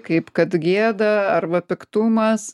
kaip kad gėda arba piktumas